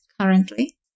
currently